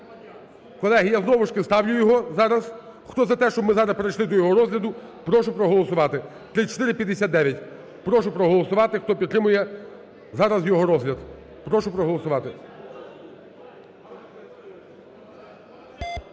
Колеги, я знову ж таки ставлю його зараз. Хто за те, щоб ми зараз перейшли до його розгляду, прошу проголосувати. 3459, прошу проголосувати, хто підтримує зараз його розгляд. Прошу проголосувати.